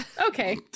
Okay